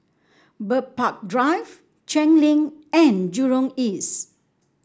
Bird Park Drive Cheng Lim and Jurong East